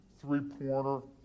three-pointer